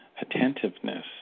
attentiveness